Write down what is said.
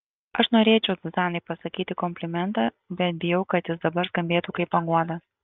aš norėčiau zuzanai pasakyti komplimentą bet bijau kad jis dabar skambėtų kaip paguoda